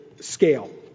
scale